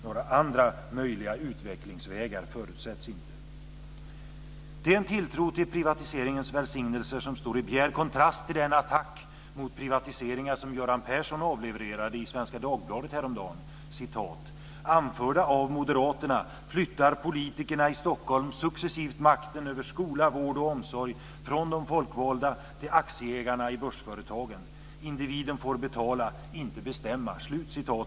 Några andra möjliga utvecklingsvägar förutsätts inte. Detta är en tilltro till privatiseringens välsignelser som står i bjärt kontrast till den attack mot privatiseringar som Göran Persson avlevererade i Svenska Dagbladet häromdagen: "Anförda av moderaterna flyttar politikerna i Stockholm successivt makten över skola, vård och omsorg från de folkvalda till aktieägarna i börsföretagen. Individen får betala - inte bestämma.